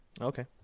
Okay